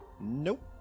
Nope